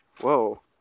whoa